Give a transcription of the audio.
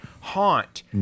Haunt